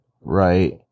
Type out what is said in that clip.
right